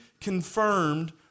confirmed